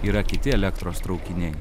yra kiti elektros traukiniai